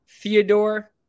Theodore